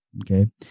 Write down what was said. Okay